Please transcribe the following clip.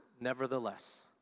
nevertheless